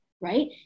right